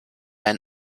ein